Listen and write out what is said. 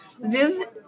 Viv